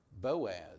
Boaz